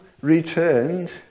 returned